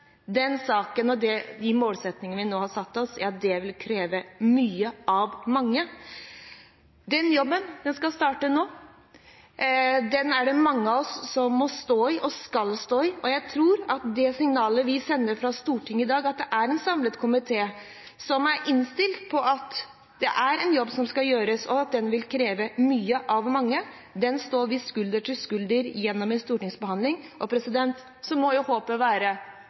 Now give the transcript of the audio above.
saken og de målene vi nå har satt oss, vil kreve mye av mange, og den jobben skal starte nå. Den er det mange av oss som må stå i – og skal stå i – og jeg tror at det signalet vi sender fra Stortinget i dag, er at det er en samlet komité som er innstilt på at det er en jobb som skal gjøres, at den vil kreve mye av mange, og at den står vi skulder ved skulder sammen om gjennom en stortingsbehandling. Så må håpet være